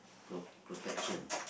pro~ protection